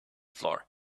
floor